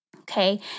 Okay